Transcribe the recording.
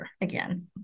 again